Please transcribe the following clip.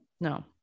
No